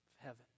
heaven